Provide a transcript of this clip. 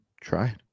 try